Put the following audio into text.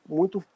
muito